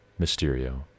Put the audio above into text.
Mysterio